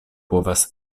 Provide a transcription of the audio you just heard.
povas